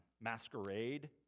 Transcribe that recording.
masquerade